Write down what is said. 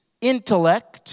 intellect